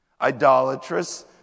idolatrous